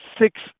six